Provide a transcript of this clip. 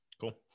Cool